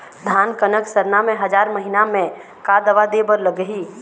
धान कनक सरना मे हजार महीना मे का दवा दे बर लगही?